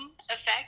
effect